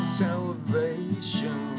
salvation